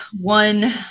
one